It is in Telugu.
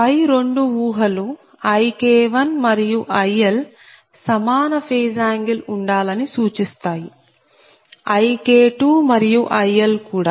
పై రెండు ఊహలు IK1 మరియు IL సమాన ఫేజ్ యాంగిల్ angle కోణం ఉండాలని సూచిస్తాయి IK2 మరియు IL కూడా